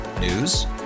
News